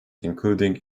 including